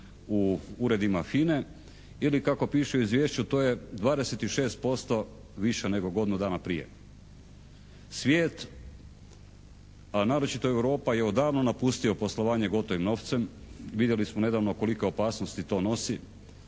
u uredima FINA-e ili kako piše u izvješću to je 26% više nego godinu dana prije. Svijet a naročito Europa je odavno napustio poslovanje gotovim novcem. Vidjeli smo nedavno kolike opasnosti to nosi.